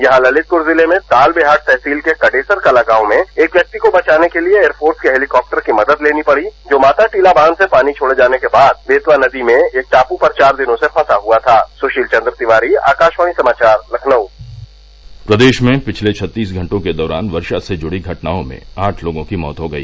यहां ललितपुर जिले में तालबेहाट तहसील के कारेसरकला गांव से एक व्यक्ति को बचाने के लिए एयरपोर्ट के हेलीकाप्टर की मदद लेनी पड़ी जो मातादीला बांध से पानी छोड़े जाने के बाद बेतवा नदी में एक टापू पर बार दिनों से फत्ता हुआ था सुशील वन्द तिवारी आकासवाणी समाचार लखनऊ प्रदेश में पिछले छत्तीस घंटों के दौरान वर्षा से जुड़ी घटनाओं में आठ लोगों की मौत हो गई